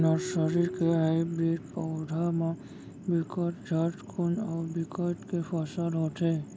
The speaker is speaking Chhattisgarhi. नरसरी के हाइब्रिड पउधा म बिकट झटकुन अउ बिकट के फसल होथे